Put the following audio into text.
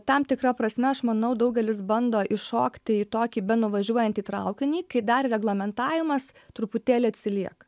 tam tikra prasme aš manau daugelis bando įšokti į tokį nuvažiuojantį traukinį kai dar reglamentavimas truputėlį atsilieka